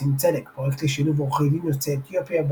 עושים צדק פרויקט לשילוב עורכי דין יוצאי אתיופיה,